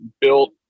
built